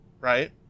right